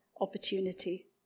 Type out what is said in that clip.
opportunity